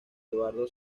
eduardo